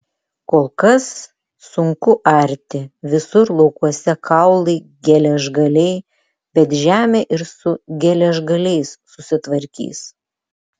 kol kas sunku arti visur laukuose kaulai geležgaliai bet žemė ir su geležgaliais susitvarkys